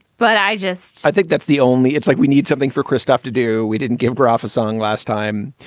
but i just i think that's the only it's like we need something for christoph to do. we didn't give boroff a song last time.